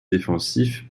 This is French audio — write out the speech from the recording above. défensif